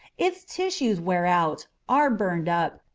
its tissues wear out, are burned up,